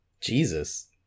Jesus